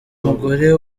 mugore